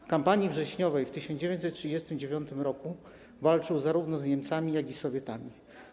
W kampanii wrześniowej w 1939 r. walczył zarówno z Niemcami, jak i z Sowietami.